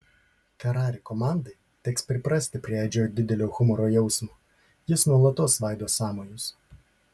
ferrari komandai teks priprasti prie edžio didelio humoro jausmo jis nuolatos svaido sąmojus